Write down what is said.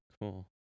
Cool